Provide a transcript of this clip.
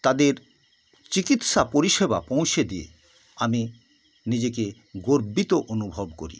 তাদের চিকিৎসা পরিষেবা পৌঁছে দিয়ে আমি নিজেকে গর্বিত অনুভব করি